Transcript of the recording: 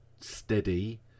steady